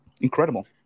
incredible